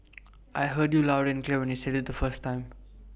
I heard you loud and clear when you said IT the first time